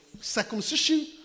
circumcision